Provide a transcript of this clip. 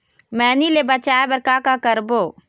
मैनी ले बचाए बर का का करबो?